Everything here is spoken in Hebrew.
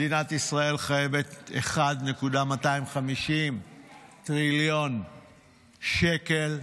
מדינת ישאל חייבת 1.250 טריליון שקל,